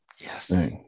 Yes